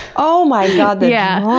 oh my god. the yeah